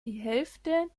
hälfte